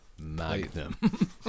Magnum